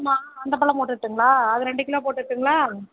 ஆமாம் அந்த பழம் போட்டுடட்டுங்களா அது ரெண்டு கிலோ போட்டுடட்டுங்களா